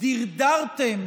דרדרתם